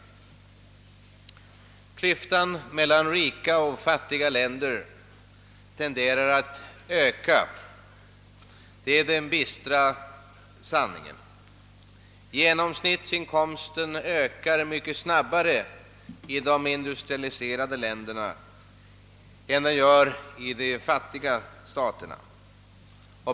Kiyftan mellan rika och fattiga länder tenderar att öka; det är den bistra sanningen. Genomsnittsinkomsten ökar mycket snabbare i de industrialiserade länderna än i de fattiga staterna.